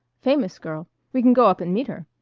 famous girl. we can go up and meet her.